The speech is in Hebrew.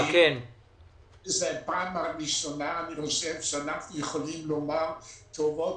זו הפעם הראשונה שאנו יכולים לומר טובות